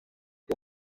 rwo